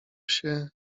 się